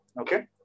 Okay